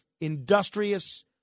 industrious